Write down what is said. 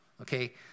okay